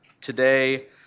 today